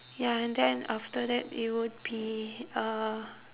ya and then after that it would be uh